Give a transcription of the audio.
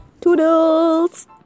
toodles